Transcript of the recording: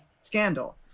scandal